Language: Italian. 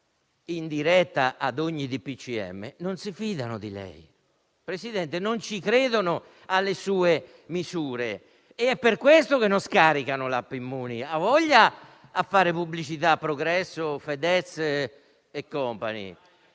in diretta a ogni DPCM, non si fidano di lei e non credono alle sue misure. È per questo che non scaricano l'*app* Immuni; hai voglia a fare pubblicità progresso, con Fedez e *company*.